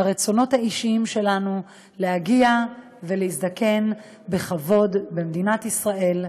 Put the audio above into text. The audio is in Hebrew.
לרצונות האישיים שלנו להגיע ולהזדקן בכבוד במדינת ישראל,